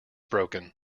broken